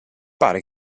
pare